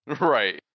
right